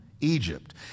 Egypt